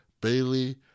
Bailey